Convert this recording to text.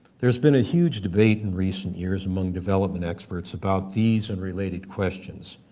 there's been a huge debate in recent years among development experts about these and related questions.